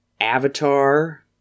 avatar